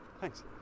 thanks